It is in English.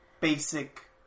basic